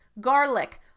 garlic